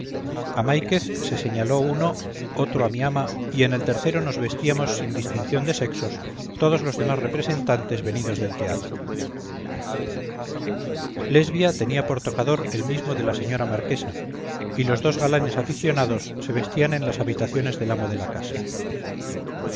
a máiquez se señaló uno otro a mi ama y en el tercero nos vestíamos sin distinción de sexos todos los demás representantes venidos del teatro lesbia tenía por tocador el mismo de la señora marquesa y los dos galanes aficionados se vestían en las habitaciones del amo de la casa